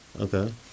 Okay